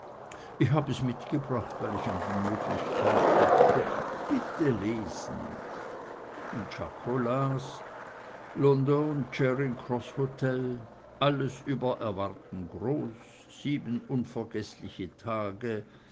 ich hab es mitgebracht weil ich an die möglichkeit dachte bitte lesen und czako las london charing cross hotel alles über erwarten groß sieben unvergeßliche tage